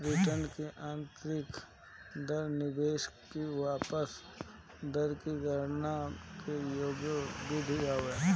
return की आतंरिक दर निवेश की वापसी दर की गणना के एगो विधि हवे